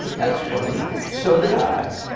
that's funny! so did i!